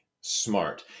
smart